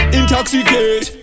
intoxicate